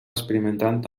experimentant